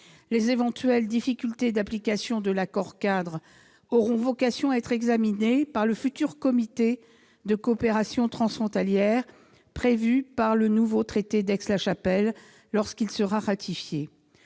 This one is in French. Les éventuelles difficultés d'application de l'accord-cadre auront vocation à être examinées par le futur comité de coopération transfrontalière prévu par le nouveau traité d'Aix-la-Chapelle, lorsqu'il sera ratifié.